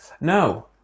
No